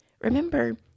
Remember